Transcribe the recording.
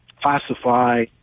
classify